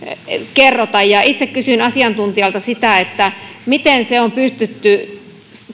kerrota itse kysyin asiantuntijalta sitä miten se on pystytty